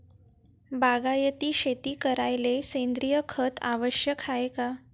बागायती शेती करायले सेंद्रिय खत आवश्यक हाये का?